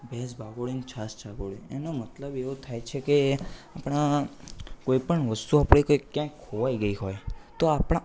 ભેંસ ભાગોળે ને છાસ છાગોળે એનો મતલબ એવો થાય છે કે આપણાં કોઈપણ વસ્તુ આપણે કોઈક ક્યાંક ખોવાઈ ગઈ હોય તો આપણાં